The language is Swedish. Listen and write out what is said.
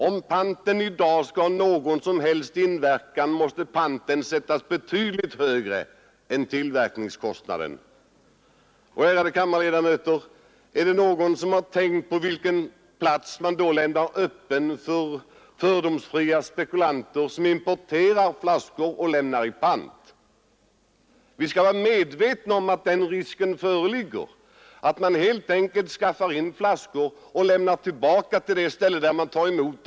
Om panten i dag skall ha någon inverkan måste den sättas betydligt högre än tillverkningskostnaden. Och, ärade kammarledamöter, är det någon som tänkt på vilken möjlighet man då lämnar öppen för fördomsfria spekulanter att importera flaskor och lämna in dem på de ställen där de tas emot?